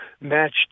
matched